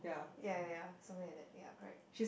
ya ya something like that ya correct